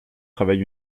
travail